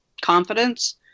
confidence